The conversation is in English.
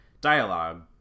dialogue